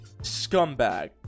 Scumbag